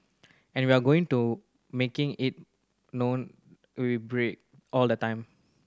and we're going to making it known we break all the time